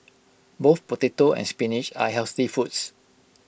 both potato and spinach are healthy foods